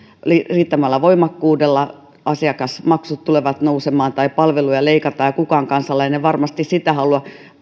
riittävällä voimakkuudella asiakasmaksut tulevat ennen pitkää nousemaan tai palveluja leikataan kukaan kansalainen ei varmasti sitä halua